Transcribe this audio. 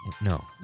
No